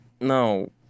No